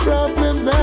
Problems